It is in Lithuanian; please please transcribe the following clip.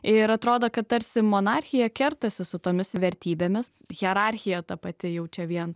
ir atrodo kad tarsi monarchija kertasi su tomis vertybėmis hierarchija ta pati jau čia vien